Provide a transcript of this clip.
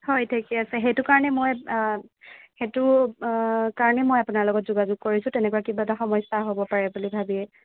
হয় ঠিকেই আছে সেইটো কাৰণে মই সেইটো কাৰণে মই আপোনাৰ লগত যোগাযোগ কৰিছোঁ তেনেকুৱা কিবা এটা সমস্যা হ'ব পাৰে বুলি ভাবিয়ে